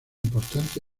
importante